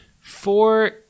Four